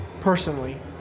personally